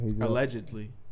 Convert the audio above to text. Allegedly